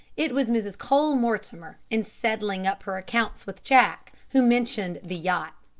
it was mrs. cole-mortimer, in settling up her accounts with jack, who mentioned the yacht.